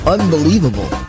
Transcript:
Unbelievable